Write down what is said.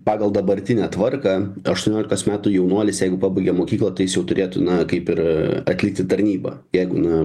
pagal dabartinę tvarką aštuoniolikos metų jaunuolis jeigu pabaigia mokyklą tai jis jau turėtų na kaip ir atlikti tarnybą jeigu na